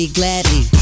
gladly